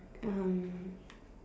um